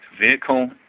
Vehicle